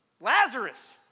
Lazarus